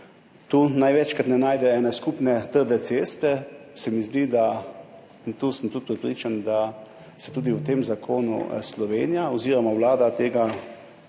tu največkrat ne najde ene skupne trdne ceste, se mi zdi, in sem tudi prepričan, da se tudi v tem zakonu Slovenija oziroma Vlada tega